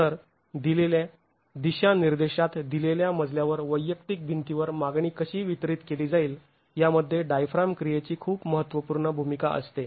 तर दिलेल्या दिशा निर्देशात दिलेल्या मजल्यावर वैयक्तिक भिंतीवर मागणी कशी वितरित केली जाईल यामध्ये डायफ्राम क्रियेची खूप महत्त्वपूर्ण भूमिका असते